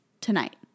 tonight